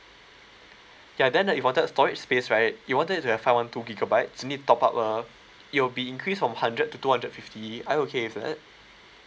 ya then if you wanted storage space right you wanted to have five one two gigabytes you need top up uh it will be increase from hundred to two hundred fifty are you okay with that